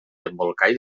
embolcall